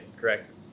correct